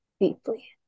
Deeply